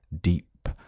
deep